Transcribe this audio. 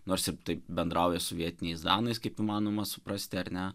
nors ir taip bendrauja su vietiniais danais kaip įmanoma suprasti ar ne